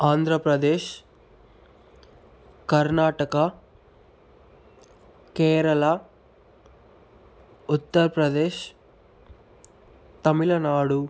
Andhra Pradesh Karnataka Kerala Uttar Pradesh Tamil Nadu